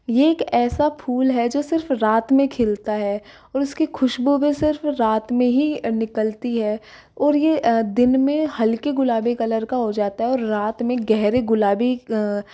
ये एक ऐसा फूल है जो सिर्फ़ रात में खिलता है और इसकी खुशबू भी सिर्फ़ रात में ही निकलती है और यह दिन में हल्के गुलाबी कलर का हो जाता है और रात में गहरे गुलाबी